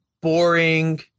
boring